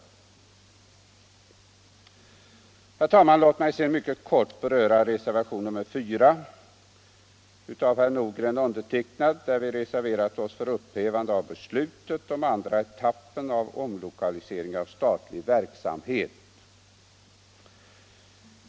Herr talman! Låt mig sedan mycket kort beröra reservation 4 av herr Nordgren och mig. Där har vi reserverat oss för upphävande av beslutet om andra etappen av omlokalisering av statlig verksamhet.